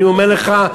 אני אומר לך,